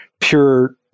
pure